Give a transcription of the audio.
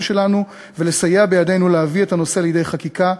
שלנו ולסייע בידנו להביא את הנושא לידי חקיקה,